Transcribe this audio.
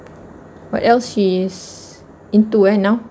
what elsie he's into eh now